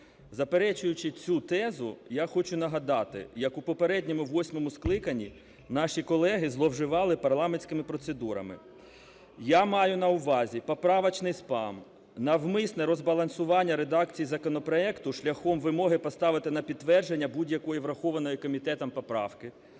Заперечуючи цю тезу, я хочу нагадати як у попередньому восьмому скликанні наші колеги зловживали парламентськими процедурами. Я маю на увазі "поправочный спам" – навмисне розбалансування редакції законопроекту шляхом вимоги поставити на підтвердження будь-якої врахованої комітетом поправки,